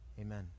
Amen